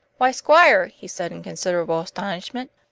why, squire, he said in considerable astonishment,